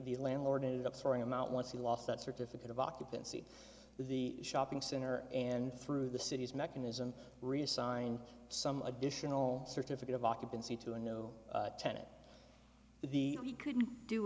the landlord it up throwing him out once he lost that certificate of occupancy the shopping center and through the city's mechanism reassigned some additional certificate of occupancy to a no ten at the he couldn't do